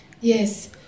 Yes